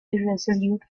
irresolute